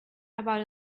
about